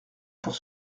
pour